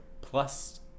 plus